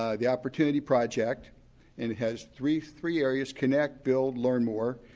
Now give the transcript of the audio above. ah the opportunity project and it has three three areas connect, build, learn more.